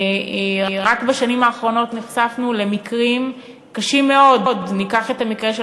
רק בשנים האחרונות נחשפנו למקרים קשים מאוד: ניקח את המקרה של